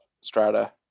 strata